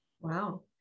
Wow